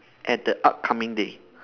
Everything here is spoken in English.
at the upcoming day